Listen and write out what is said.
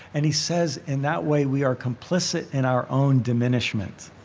and he says, in that way, we are complicit in our own diminishments.